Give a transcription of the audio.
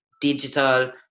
digital